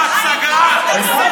גם עשתה הצגה וגם, איך אתה מסוגל?